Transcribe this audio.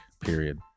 period